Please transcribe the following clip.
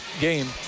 game